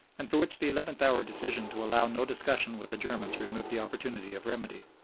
and for which the eleventh-hour decision to allow no discussion with the germans removed the opportunity of remedy.